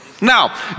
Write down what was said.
Now